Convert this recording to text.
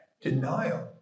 denial